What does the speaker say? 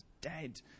dead